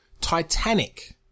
Titanic